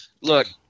look